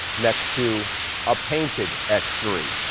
next to a painted x three.